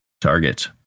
target